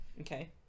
Okay